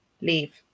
Leave